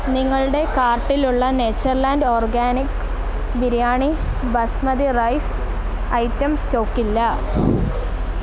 നിങ്ങളുടെ കാർട്ടിലുള്ള nature land organics biryani basmati rice item സ്റ്റോക്കില്ല